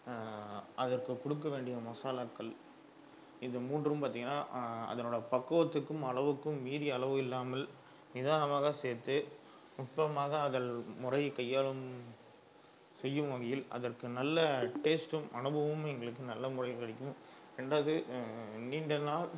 அதற்கு கொடுக்கவேண்டிய மசாலாக்கள் இது மூன்றும் பார்த்திங்கன்னா அதனோட பக்குவத்துக்கும் அளவுக்கும் மீதி அளவு இல்லாமல் நிதானமாக சேர்த்து நுட்பமாக அதில் முறையை கையாளும் செய்யும் வகையில் அதற்கு நல்ல டேஸ்ட்டும் அனுபவமும் எங்களுக்கு நல்ல முறையில் கிடைக்கும் ரெண்டாவது நீண்ட நாள்